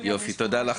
ארצית.